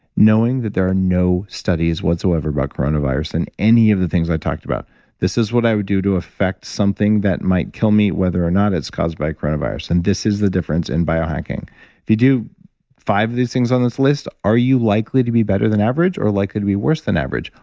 knowing that there are no studies whatsoever about coronavirus and any of the things i talked about this is what i would do to affect something that might kill me, whether or not it's caused by coronavirus and this is the difference in biohacking. if you do five of these things on this list, are you likely to be better than average, or likely to be worse than average?